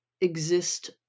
exist